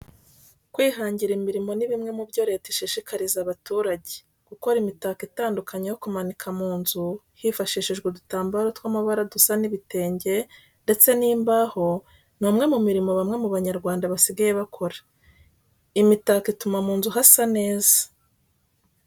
Kwihangira imirimo ni bimwe mu byo leta ishishikariza abaturage. Gukora imitako itandukanye yo kumanika mu nzu hifashishijwe udutambaro tw'amabara dusa n'ibitenge ndetse n'imbaho ni umwe mu mirimo bamwe mu Banyarwanda basigaye bakora. Imitako ituma mu nzu hasa neza.